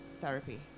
therapy